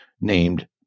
named